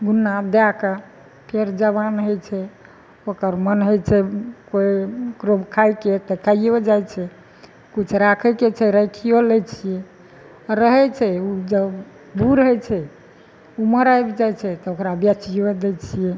गुन्डा दएकेऽ फेर जवान होइ छै ओकर मन होइ छै कोइ ककरो खाइके तऽ खाइयो जाइ छै किछु राखैके छै राखियो लै छियै रहै छै ओ जब बूढ़ होइ छै ऊमर आबि जाइ छै तऽ ओकरा बेचियो दै छियै